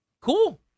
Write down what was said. Cool